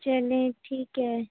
چلیں ٹھیک ہے